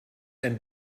ein